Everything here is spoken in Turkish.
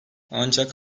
ancak